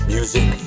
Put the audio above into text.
Music